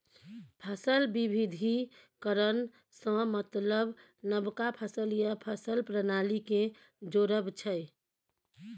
फसल बिबिधीकरण सँ मतलब नबका फसल या फसल प्रणाली केँ जोरब छै